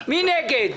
מי נגד?